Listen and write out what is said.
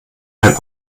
ein